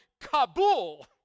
Kabul